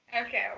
Okay